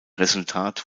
resultat